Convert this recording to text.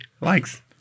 likes